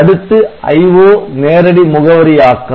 அடுத்து IO நேரடி முகவரியாக்கம்